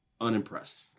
unimpressed